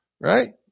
Right